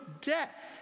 death